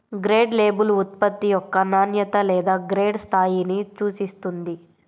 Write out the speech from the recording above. grade label ఉత్పత్తి యొక్క నాణ్యత లేదా గ్రేడ్ స్థాయిని సూచిస్తుంది